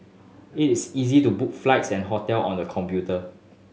it is easy to book flights and hotel on the computer